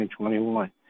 2021